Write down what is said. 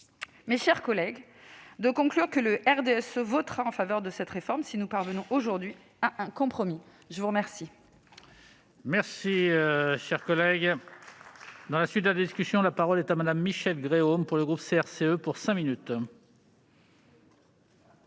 Mes chers collègues, le groupe du RDSE votera en faveur de cette réforme si nous parvenons aujourd'hui à un compromis. La parole